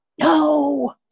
No